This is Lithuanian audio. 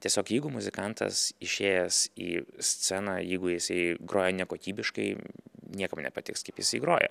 tiesiog jeigu muzikantas išėjęs į sceną jeigu jisai groja nekokybiškai niekam nepatiks kaip jisai groja